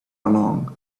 along